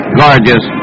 gorgeous